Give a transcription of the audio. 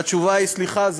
והתשובה היא: סליחה,